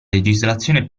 legislazione